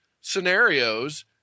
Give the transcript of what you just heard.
scenarios